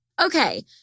Okay